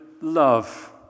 love